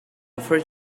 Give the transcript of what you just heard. afraid